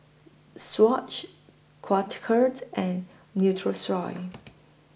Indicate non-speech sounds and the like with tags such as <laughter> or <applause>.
Swatch <unintelligible> and Nutrisoy